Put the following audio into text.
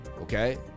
Okay